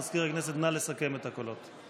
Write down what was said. מזכיר הכנסת, נא לסכם את הקולות.